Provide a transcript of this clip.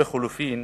או לחלופין